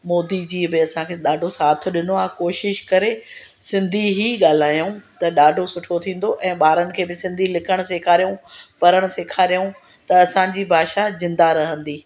मोदी जी बि असांंखे ॾाढो साथ ॾिनो आहे कोशिश करे सिंधी ई ॻाल्हायूं त ॾाढो सुठो थींदो ऐं ॿारनि खे बि सिंधी लिखण सेखारियूं पढ़ण सेखारियूं त असांजी भाषा जिंदह रहंदी